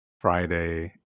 Friday